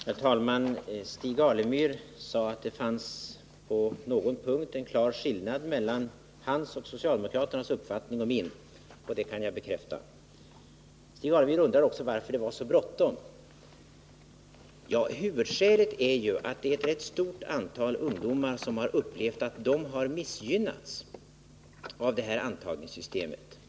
Herr talman! Stig Alemyr sade att det på någon punkt fanns en klar skillnad mellan å ena sidan hans och socialdemokraternas uppfattning och å andra sidan min, och det kan jag bekräfta. Stig Alemyr undrade också varför det var så bråttom. Ja, huvudskälet är ju att det är ett rätt stort antal ungdomar som har upplevt en känsla av att de har missgynnats av det nuvarande antagningssystemet.